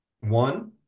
One